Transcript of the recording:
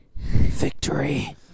Victory